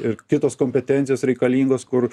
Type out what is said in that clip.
ir kitos kompetencijos reikalingos kur